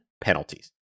penalties